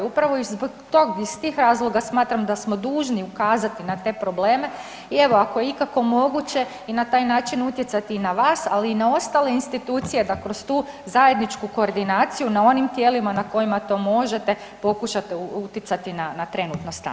Upravo iz tog, iz tih razloga smatram da smo dužni ukazati na te probleme i evo, ako je ikako moguće i na taj način utjecati i na vas, ali i na ostale institucije da kroz tu zajedničku koordinaciju na onim tijelima na kojima to možete, pokušate utjecati na trenutno stanje.